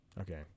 Okay